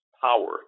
power